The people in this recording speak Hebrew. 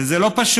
וזה לא פשוט,